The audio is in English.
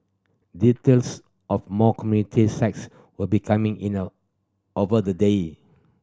details of more community sites will be coming in a over the day